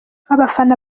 abafana